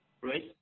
right